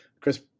Chris